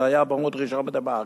זה היה בעמוד ראשון ב"דה מרקר".